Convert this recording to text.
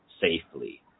safely